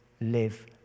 live